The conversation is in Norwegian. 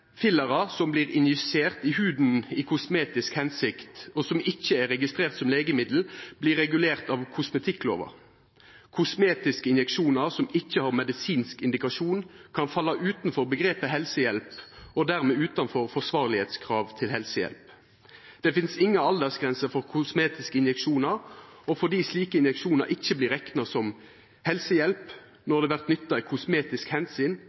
Fillerar som vert injiserte i huda av kosmetiske grunnar, og som ikkje er registrerte som legemiddel, vert regulerte av kosmetikklova. Kosmetiske injeksjonar som ikkje har medisinsk indikasjon, kan falla utanfor omgrepet «helsehjelp», og dermed utanfor forsvarlege krav til helsehjelp. Det finst inga aldersgrense for kosmetiske injeksjonar, og fordi slike injeksjonar ikkje vert rekna som helsehjelp